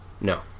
no